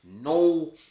no